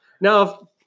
Now